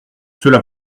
cela